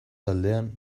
taldean